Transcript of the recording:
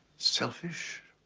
selfish.